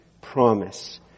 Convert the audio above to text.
promise